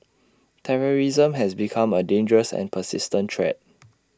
terrorism has become A dangerous and persistent threat